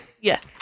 Yes